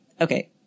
Okay